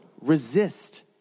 resist